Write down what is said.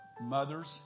mothers